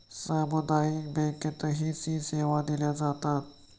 सामुदायिक बँकेतही सी सेवा दिल्या जातात